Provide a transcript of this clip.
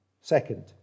Second